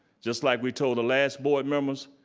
just like we told the last board members,